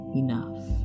enough